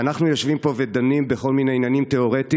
ואנחנו יושבים פה ודנים פה בכל מיני עניינים תיאורטיים.